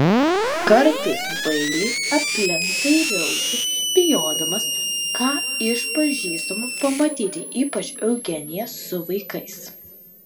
kartais bailiai aplink dairiausi bijodamas ką iš pažįstamų pamatyti ypač eugeniją su vaikais